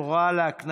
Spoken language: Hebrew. הצעת החוק עברה בקריאה